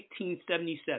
1877